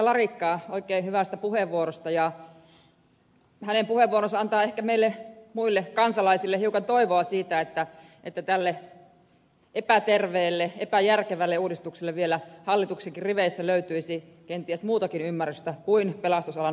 larikkaa oikein hyvästä puheenvuorosta ja hänen puheenvuoronsa antaa ehkä meille muille kansalaisille hiukan toivoa siitä että tälle epäterveelle epäjärkevälle uudistukselle vielä hallituksenkin riveissä löytyisi kenties muutakin ymmärrystä kuin pelastusalan ammattilaiselta